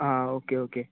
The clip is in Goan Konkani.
आं ओके ओके